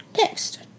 next